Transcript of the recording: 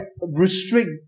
restrict